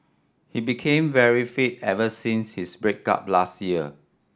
he became very fit ever since his break up last year